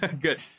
Good